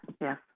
yes